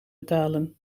betalen